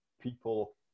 people